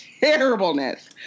terribleness